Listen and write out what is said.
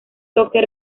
tucker